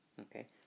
okay